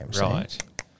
Right